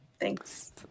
Thanks